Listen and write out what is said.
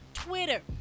twitter